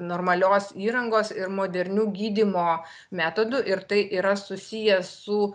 normalios įrangos ir modernių gydymo metodų ir tai yra susiję su